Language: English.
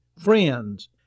friends